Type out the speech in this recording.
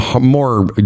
more